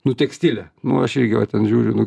nu tekstilė nu aš irgi va ten žiūriu nu